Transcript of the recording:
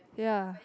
yeah